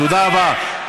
תודה רבה.